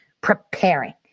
preparing